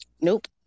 Nope